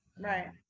Right